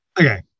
Okay